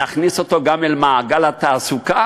להכניס אותו גם אל מעגל התעסוקה,